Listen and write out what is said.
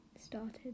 started